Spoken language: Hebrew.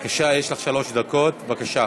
שלוש דקות, בבקשה.